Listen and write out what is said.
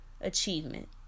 achievement